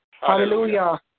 Hallelujah